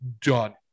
Done